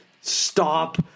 stop